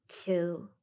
two